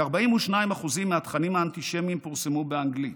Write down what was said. כ-42% מהתכנים האנטישמיים פורסמו באנגלית,